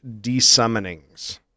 desummonings